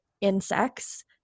insects